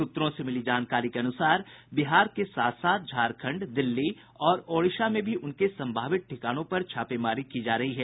सूत्रों से मिली जानकारी के अनुसार बिहार के साथ साथ झारखंड दिल्ली और ओडिशा में भी उनके संभावित ठिकानों पर छापेमारी की जा रही है